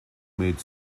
made